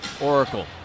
Oracle